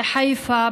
בחיפה,